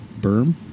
Berm